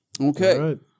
Okay